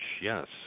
yes